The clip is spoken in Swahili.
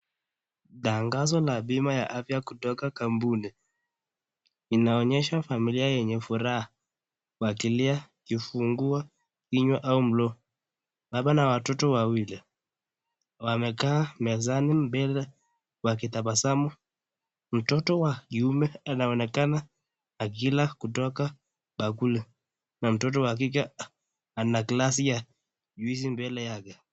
Tangazo la bima ya afya kutoka kampuni. Inaonyesha familia yenye furaha kufuatilia kifungua kinywa ama mlo. Baba na watoto wawili wamekaa mezani mbele wakitabasamu, mtoto wa kume anaonekana akila kutoka bakuli na mtoto wa kike ana glasi ya juisi mbele yake.